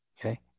Okay